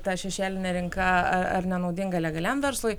ta šešėlinė rinka ar nenaudinga legaliam verslui